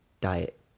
diet